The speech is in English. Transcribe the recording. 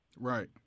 right